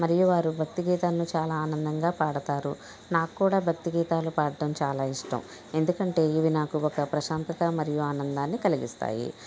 మరియు వారు భక్తి గీతాలు చాలా ఆనందంగా పాడుతారు నాకు కూడా భక్తి గీతాలు పాడటం చాలా ఇష్టం ఎందుకంటే ఇవి నాకు ఒక ప్రశాంతత మరియు ఆనందాన్ని కలిగిస్తాయి